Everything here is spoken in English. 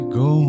go